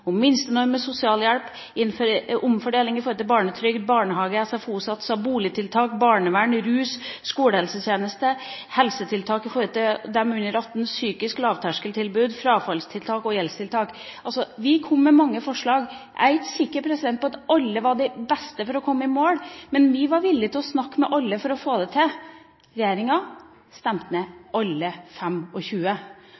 omfordeling når det gjelder barnetrygd, barnehage, SFO-satser, boligtiltak, barnevern, rus, skolehelsetjeneste, helsetiltak for dem under 18 år, psykisk lavterskeltilbud, frafallstiltak og gjeldstiltak. Vi kom altså med mange forslag. Jeg er ikke sikker på at alle var de beste for å komme i mål, men vi var villige til å snakke med alle for å få det til. Regjeringa stemte ned